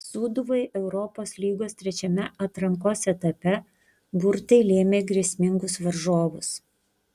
sūduvai europos lygos trečiame atrankos etape burtai lėmė grėsmingus varžovus